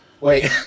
Wait